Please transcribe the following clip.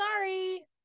sorry